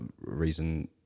reason